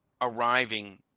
arriving